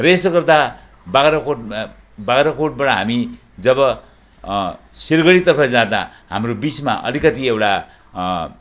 र यसो गर्दा बाख्राकोटमा बाख्राकोटबाट हामी जब सिलगढीतर्फ जाँदा हाम्रो बिचमा अलिकति एउटा